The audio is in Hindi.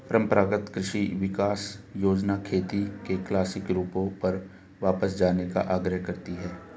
परम्परागत कृषि विकास योजना खेती के क्लासिक रूपों पर वापस जाने का आग्रह करती है